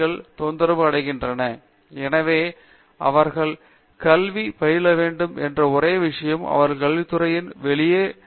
பேராசிரியர் அரிந்தமா சிங் எனவே அவர்கள் கல்வி பயில வேண்டும் என்ற ஒரே விஷயம் அவர்கள் கல்வித்துறையின் வெளியே வேறு எந்த வேலையும் செய்ய கூடும்